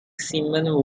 cement